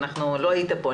ולא היית פה,